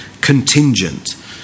contingent